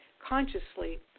consciously